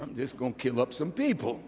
i'm just going to kill up some people